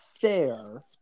fair